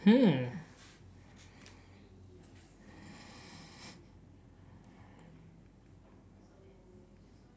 hmm